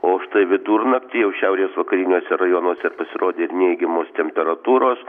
o štai vidurnaktį jau šiaurės vakariniuose rajonuose pasirodė ir neigiamos temperatūros